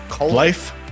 life